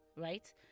Right